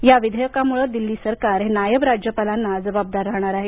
या विधेयकामुळं दिल्ली सरकार हे नायब राज्यपालांना जबाबदार राहणार आहे